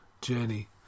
journey